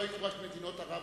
לא היו רק מדינות ערב,